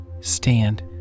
stand